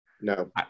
No